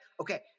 okay